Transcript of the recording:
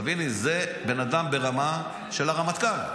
תביני, זה בן אדם ברמה של הרמטכ"ל.